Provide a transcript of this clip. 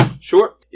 Sure